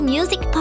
Music